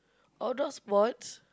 outdoor sports